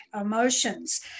emotions